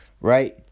Right